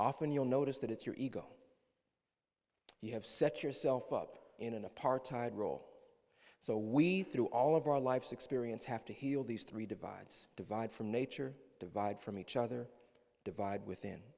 often you'll notice that it's your ego you have set yourself up in an apartheid role so we through all of our life's experience have to heal these three divides divide from nature divide from each other divide within